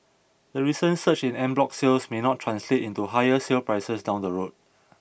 the recent surge in en bloc sales may not translate into higher sale prices down the road